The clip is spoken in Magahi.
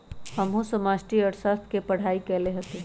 हमहु समष्टि अर्थशास्त्र के पढ़ाई कएले हति